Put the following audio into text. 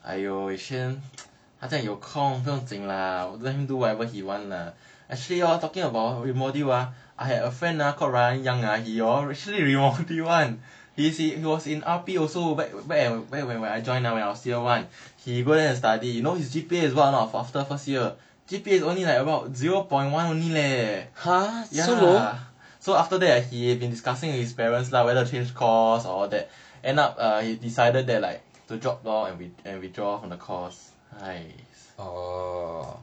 !aiyo! wei xuan 他这样有空不用紧 lah let him do whatever he want lah actually hor talking about remodule ah I had a friend called ryan yang he ah actually remodule [one] he was in R_P also back when I join when I was in year one he go there to study you know his G_P_A is what not after first year his G_P_A is only like zero point one only leh ya so after that he had been discussing his parents lah whether to change course or that end up err he decided that like to drop lor and withdraw from the course